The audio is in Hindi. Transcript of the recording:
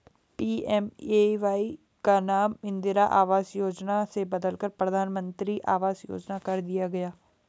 पी.एम.ए.वाई का नाम इंदिरा आवास योजना से बदलकर प्रधानमंत्री आवास योजना कर दिया गया